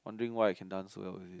wondering why I can dance so well with it